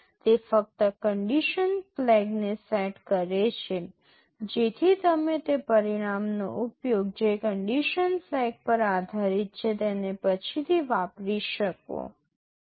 તે ફક્ત condition flag ને સેટ કરે છે જેથી તમે તે પરિણામનો ઉપયોગ જે કન્ડિશન ફ્લેગ પર આધારિત છે તેને પછીથી વાપરી શકો છો